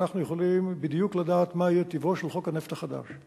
אנחנו יכולים בדיוק לדעת מה יהיה טיבו של חוק הנפט החדש.